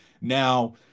Now